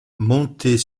monter